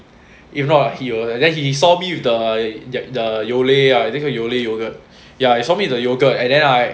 if not he will then he saw me with the the the Yole lah I think is the Yole yogurt ya he saw me with the yoghurt and then I